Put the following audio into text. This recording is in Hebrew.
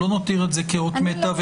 לא נותיר את זה כאות מתה.